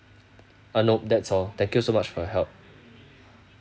uh nope that's all thank you so much for your help